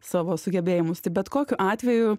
savo sugebėjimus tai bet kokiu atveju